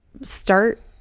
start